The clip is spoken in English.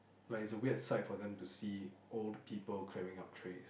like it's a weird sight for them to see old people clearing up tray